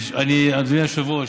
אדוני היושב-ראש,